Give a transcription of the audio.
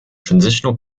transitional